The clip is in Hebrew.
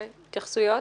התייחסויות.